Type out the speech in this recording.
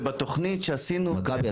שבתכנית שאנחנו עשינו --- מכבי,